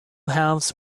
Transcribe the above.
halves